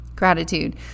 gratitude